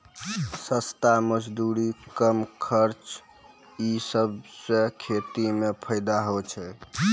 सस्ता मजदूरी, कम खर्च ई सबसें खेती म फैदा होय छै